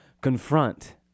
confront